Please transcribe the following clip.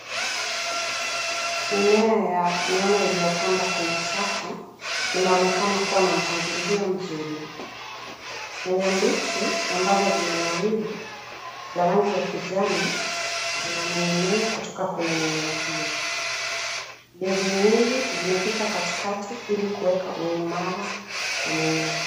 Mimea ya nyanya iliyopandwa kwenye safu inaonekana kua na mpangilio mzuri. Nyanya mbichi ambazo zimenawiri za rangi ya kijani zinaning'inia kutoka kwa kwenye mimea hiyo. Nyuzi nyingi zimepita katikati ili kuweka uimara kwa mimea.